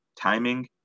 timing